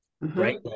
right